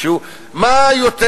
מה יותר